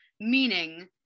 meaning